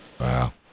Wow